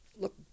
look